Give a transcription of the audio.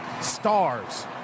stars